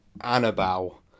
Annabelle